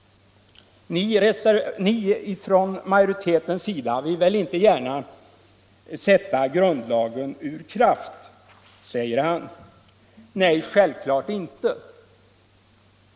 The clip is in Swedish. Ni inom utskottsmajoriteten vill väl inte gärna sätta grundlagen ur kraft, säger herr Hernelius. Nej, självfallet inte.